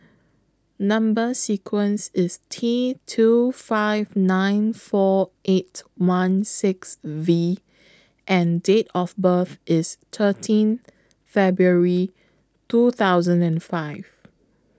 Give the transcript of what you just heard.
Number sequence IS T two five nine four eight one six V and Date of birth IS thirteen February two thousand and five